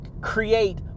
create